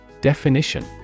Definition